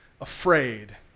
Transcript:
afraid